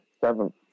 Seventh